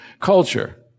culture